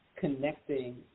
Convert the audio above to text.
connecting